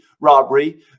robbery